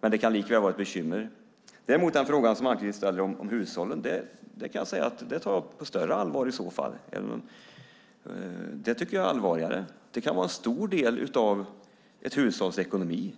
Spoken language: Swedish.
fast det likväl kan vara ett bekymmer. Den fråga om hushållen som Ann-Kristine ställde tar jag på större allvar. Det tycker jag är allvarligare. Det kan handla om en stor del av ett hushålls ekonomi.